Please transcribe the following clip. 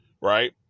Right